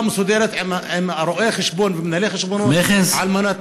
מסודרת עם רואה החשבון ומנהלי החשבונות על מנת,